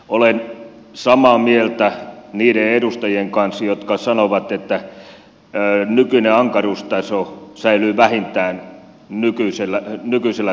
olen samaa mieltä niiden edustajien kanssa jotka sanovat että ankaruustaso säilyy vähintään nykyisellä tasolla